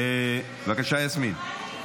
בבקשה, יסמין.